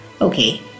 okay